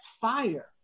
fire